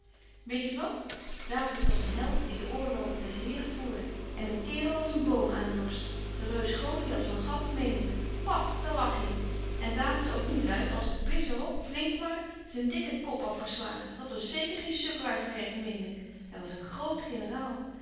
doet weetje wat david was een held die de oorlogen des heren voerde en een kaerel als een boom aan dorst den reus goliad van gad meen ik paf daar lag hy en david ook niet lui als de blis er op flink maar zyn dikken kop afgeslagen dat was zeker geen sukkelaars werk meen ik hy was een groot